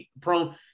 prone